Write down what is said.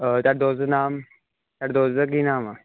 ਤੁਹਾਡੇ ਦੋਸਤ ਦਾ ਨਾਮ ਤੁਹਾਡੇ ਦੋਸਤ ਦਾ ਕੀ ਨਾਮ ਆ